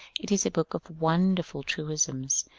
it is a book of wonderful truisms,